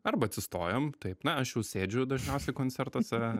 arba atsistojom taip na aš jau sėdžiu dažniausiai koncertuose